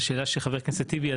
לשאלה של חבר הכנסת טיבי,